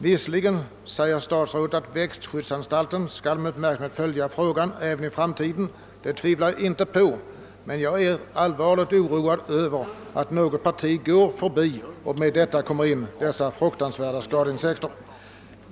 Visserligen säger statsrådet att växtskyddsanstalten skall följa frågan med uppmärksamhet även i framtiden, och det tvivlar jag inte på, men jag är allvarligt orolig för att något parti kan komma att gå förbi kontrollen och att vi med detta kan få in dessa fruktansvärda skadeinsekter.